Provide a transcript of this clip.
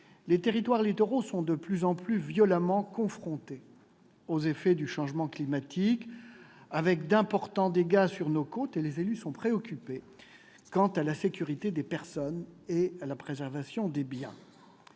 les territoires littoraux sont de plus en plus violemment confrontés aux effets du changement climatique, avec d'importants dégâts sur nos côtes, ce qui préoccupe les élus quant à la sécurité des personnes et la préservation des biens.